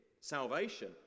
salvation